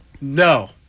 No